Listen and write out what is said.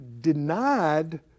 denied